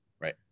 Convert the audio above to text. Right